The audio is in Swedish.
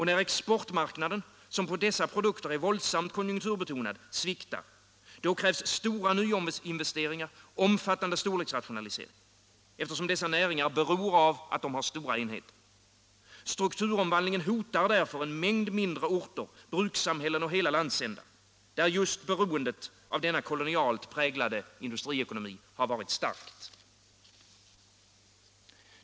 När exportmarknaden som på dessa produkter är våldsamt konjunkturbetonad sviktar, då krävs stora nyinvesteringar och omfattande storleksrationalisering, eftersom dessa näringar är beroende av stora enheter. Strukturomvandlingen hotar därför en mängd mindre orter, brukssamhällen och hela landsändar där just beroendet av denna lokalt präglade industriekonomi har varit starkt.